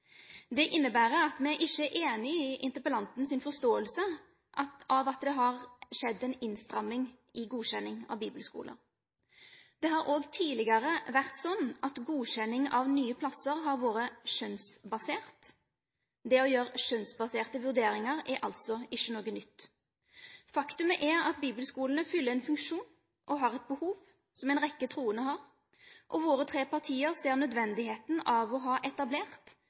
Det innebærer at vi ikke er enig i interpellantens forståelse av at det har skjedd en innstramning i godkjenning av bibelskoler. Det har også tidligere vært sånn at godkjenning av nye plasser har vært skjønnsbasert. Det å gjøre skjønnsbaserte vurderinger er altså ikke noe nytt. Faktum er at bibelskolene fyller en funksjon og et behov som en rekke troende har, og våre tre partier ser nødvendigheten av å ha etablert